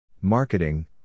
Marketing